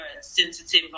sensitive